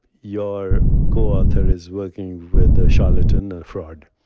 your co-author is working with a charlatan fraud.